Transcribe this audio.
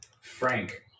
Frank